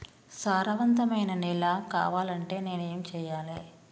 సారవంతమైన నేల కావాలంటే నేను ఏం చెయ్యాలే?